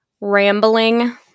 rambling